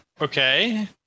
Okay